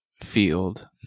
field